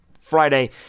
Friday